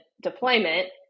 deployment